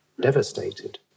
devastated